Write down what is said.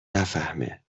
نفهمه